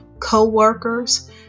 co-workers